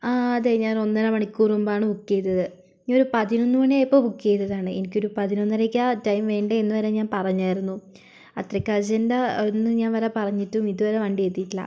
അതെ അതെ ഞാൻ ഒന്നര മണിക്കൂർ മുമ്പാണ് ബുക്ക് ചെയ്തത് ഞാനൊരു പതിനൊന്നു മണിയായപ്പോൾ ബുക്ക് ചെയ്തതാണ് എനിക്കൊരു പതിനൊന്നരക്കാണ് ടൈം വേണ്ടേ എന്നുവരെ ഞാൻ പറഞ്ഞായിരുന്നു അത്രക്ക് അർജൻറ്റാന്നു ഞാൻ വരെ പറഞ്ഞിട്ടും ഇതുവരെ വണ്ടിയെത്തിയിട്ടില്ല